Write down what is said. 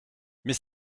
mais